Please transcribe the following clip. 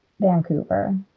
Vancouver